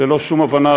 ללא שום הבנה,